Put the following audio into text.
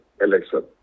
election